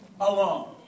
Alone